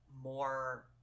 more